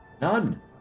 None